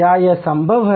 क्या यह संभव है